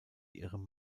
ihrem